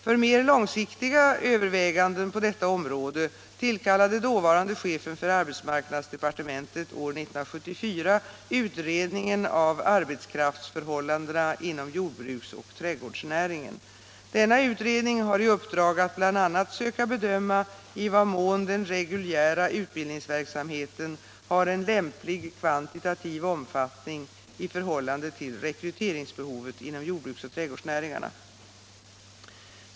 För mer långsiktiga överväganden på detta område tillkallade dåvarande chefen för arbetsmarknadsdepartementet år 1974 utredningen av arbetskraftsförhållandena inom jordbruksoch trädgårdsnäringen. Denna utredning har i uppdrag att bl.a. söka bedöma i vad mån den reguljära utbildningsverksamheten har en lämplig kvantitativ omfattning i förhållande till rekryteringsbehovet inom jordbruksoch trädgårdsnäringarna.